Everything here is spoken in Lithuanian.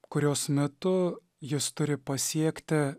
kurios metu jis turi pasiekti